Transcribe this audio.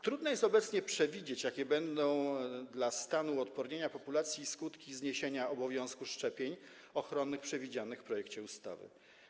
Trudno jest obecnie przewidzieć, jakie dla stanu uodpornienia populacji będą skutki zniesienia obowiązku szczepień ochronnych przewidzianego w projekcie ustawy.